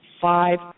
five